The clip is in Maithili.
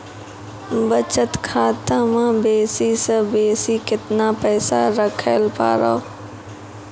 बचत खाता म बेसी से बेसी केतना पैसा रखैल पारों?